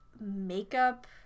makeup